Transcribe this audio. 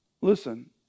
Listen